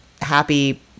happy